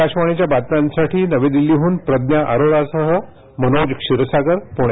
आकाशवाणीच्या बातम्यांसाठी नवी दिल्लीहून प्रज्ञा अरोरासह मनोज क्षीरसागर पुणे